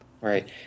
Right